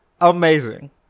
amazing